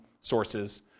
sources